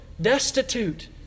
destitute